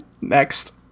next